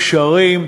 גשרים,